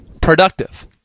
productive